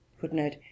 Footnote